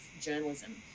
journalism